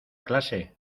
clase